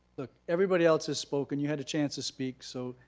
everybody else has spoken, you had a chance to speak so,